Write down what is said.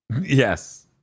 Yes